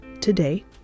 today